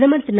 பிரதமர் திரு